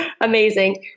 Amazing